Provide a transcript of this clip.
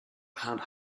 hard